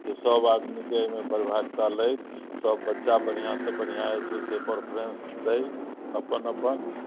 से सब आदमीके एहिमे परभागता लैत सब बच्चा बढ़िआँसँ बढ़िआँ जे छै से परफरेन्स दैत अपन अपन